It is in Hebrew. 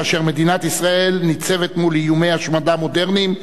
כאשר מדינת ישראל ניצבת מול איומי השמדה מודרניים,